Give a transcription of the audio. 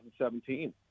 2017